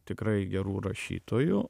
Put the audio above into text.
tikrai gerų rašytojų